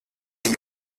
die